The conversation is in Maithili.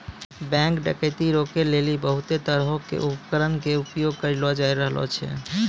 बैंक डकैती रोकै लेली बहुते तरहो के उपकरण के प्रयोग करलो जाय रहलो छै